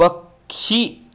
पक्षी